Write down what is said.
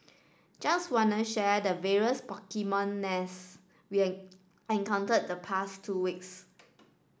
just wanna share the various Pokemon nests we encountered the past two weeks